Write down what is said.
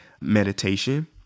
meditation